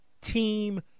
team